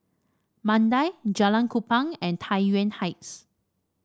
Mandai Jalan Kupang and Tai Yuan Heights